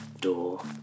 Door